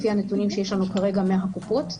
לפי הנתונים שיש לנו כרגע מהקופות.